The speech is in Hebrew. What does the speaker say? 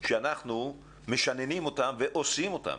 שאנחנו משננים אותן ועושים אותן